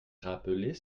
rappeler